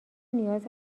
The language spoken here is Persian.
نیاز